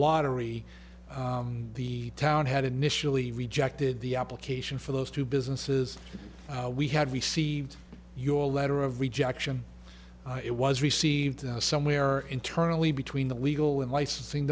lottery the town had initially rejected the application for those two businesses we had received your letter of rejection it was received somewhere internally between the legal and licensing